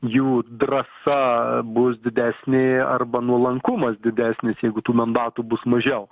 jų drąsa bus didesnė arba nuolankumas didesnis jeigu tų mandatų bus mažiau